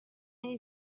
need